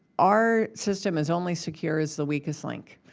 our system is only secure as the weakest link.